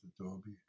Adobe